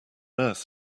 earth